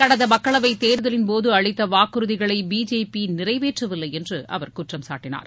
கடந்த மக்களவை தேர்தலின்போது அளித்த வாக்குறுதிகளை பிஜேபி நிறைவேற்றவில்லை என்று அவர் குற்றம் சாட்டினார்